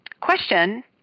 question